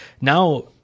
now